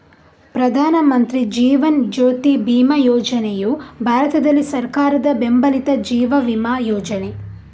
ಪ್ರಧಾನ ಮಂತ್ರಿ ಜೀವನ್ ಜ್ಯೋತಿ ಬಿಮಾ ಯೋಜನೆಯು ಭಾರತದಲ್ಲಿ ಸರ್ಕಾರದ ಬೆಂಬಲಿತ ಜೀವ ವಿಮಾ ಯೋಜನೆ